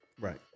Right